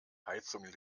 heizung